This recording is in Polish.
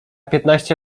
piętnaście